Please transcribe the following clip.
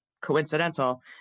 coincidental